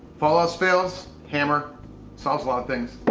if all else fails, hammer solves a lot of things.